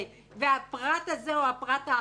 והפרט הזה או האחר,